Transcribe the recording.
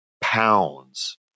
pounds